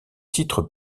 titres